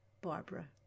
Barbara